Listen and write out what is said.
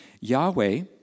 Yahweh